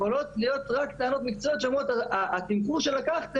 יכולות להיות רק טענות מקצועיות שאומרות שהתמחור שלקחנו